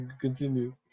continue